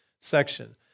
section